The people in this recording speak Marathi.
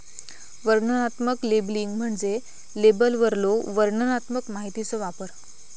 वर्णनात्मक लेबलिंग म्हणजे लेबलवरलो वर्णनात्मक माहितीचो वापर